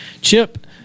Chip